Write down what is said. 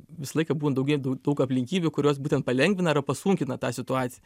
visą laiką būna daugė daug aplinkybių kurios būtent palengvina arba pasunkina tą situaciją